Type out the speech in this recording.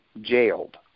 jailed